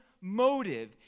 motive